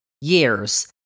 years